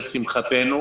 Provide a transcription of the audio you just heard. לשמחתנו,